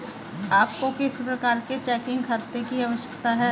आपको किस प्रकार के चेकिंग खाते की आवश्यकता है?